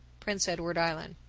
prince edward island.